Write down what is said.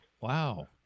Wow